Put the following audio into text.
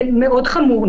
זה מאוד חמור,